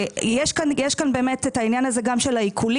יש כאן באמת את העניין הזה גם של העיקולים.